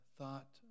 thought